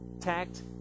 tact